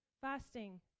Fasting